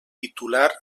titular